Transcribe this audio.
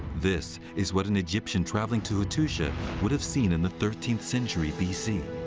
this is what an egyptian traveling to hattusha would have seen in the thirteenth century b c